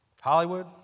Hollywood